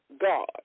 God